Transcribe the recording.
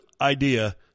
idea